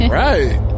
right